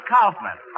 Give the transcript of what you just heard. Kaufman